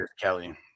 Kelly